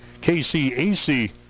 KCAC